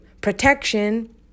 protection